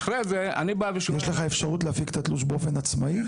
יש לך אפשרות להפיק את התלוש באופן עצמאי?